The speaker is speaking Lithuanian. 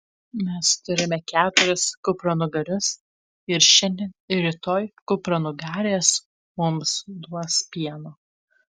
mes turime keturis kupranugarius ir šiandien ir rytoj kupranugarės mums duos pieno